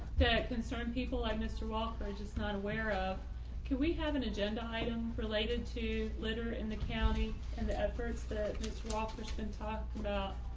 that concerned people i mr. walker just not aware of can we have an agenda item related to litter in the county and the efforts that this walker's been talked about?